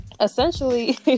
essentially